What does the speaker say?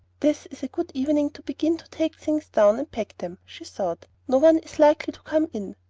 this is a good evening to begin to take things down and pack them, she thought. no one is likely to come in,